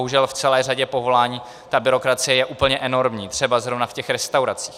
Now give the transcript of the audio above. Bohužel v celé řadě povolání ta byrokracie je úplně enormní, třeba zrovna v těch restauracích.